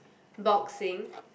boxing